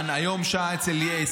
אתמול שעה אצל קלמן, היום שעה אצל ספי.